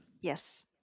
Yes